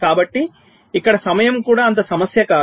కాబట్టిఇక్కడ సమయం కూడా అంత సమస్య కాదు